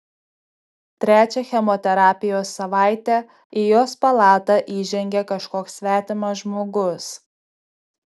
trečią chemoterapijos savaitę į jos palatą įžengė kažkoks svetimas žmogus